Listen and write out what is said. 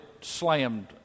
slammed